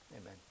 Amen